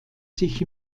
sich